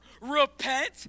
Repent